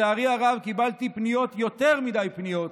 לצערי הרב, קיבלתי יותר מדי פניות,